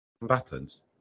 Combatants